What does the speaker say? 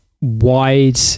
wide